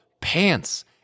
pants